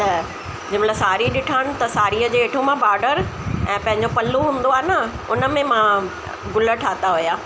त जंहिं महिल साड़ी ॾिठान त साड़ीअ जे हेठो मां बॉडर ऐं पंहिंजो पलू हूंदो आहे न उनमें मां ग़ुल ठाता हुया